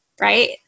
Right